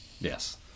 Yes